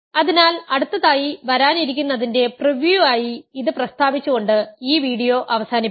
അതിനാൽ അടുത്തതായി വരാനിരിക്കുന്നതിന്റെ പ്രിവ്യൂ ആയി ഇത് പ്രസ്താവിച്ചുകൊണ്ട് ഈ വീഡിയോ അവസാനിപ്പിക്കാം